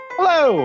Hello